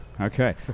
Okay